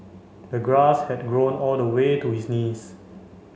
the grass had grown all the way to his knees